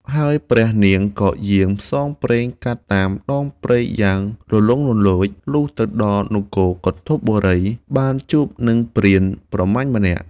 ហើយព្រះនាងក៏យាងផ្សងព្រេងកាត់តាមដងព្រៃយ៉ាងលន្លង់លន្លោច លុះទៅដល់គន្ធពបូរី បានជួបនឹងព្រានប្រមាញ់ម្នាក់។